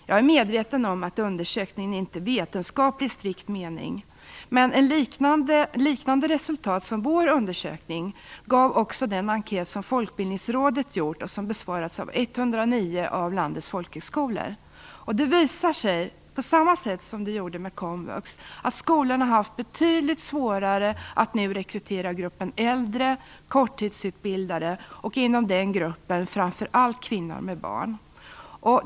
Jag är medveten om att undersökningen inte är vetenskaplig i strikt mening, men liknande resultat gav också den enkät som Folkbildningsrådet gjort och som besvarats av 109 av landets folkhögskolor. Det visar sig, på samma sätt som det gjorde med komvux, att skolorna haft betydligt svårare att nu rekrytera gruppen äldre korttidsutbildade, och inom den gruppen framför allt kvinnor med barn.